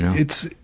it's,